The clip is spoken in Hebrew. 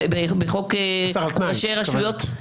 מאסר על תנאי, את מתכוונת.